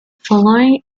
following